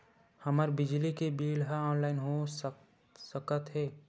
हमर बिजली के बिल ह ऑनलाइन हो सकत हे?